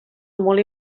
molt